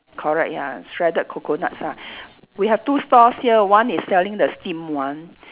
correct ya shredded coconuts ah we have two stores here one is selling the steamed one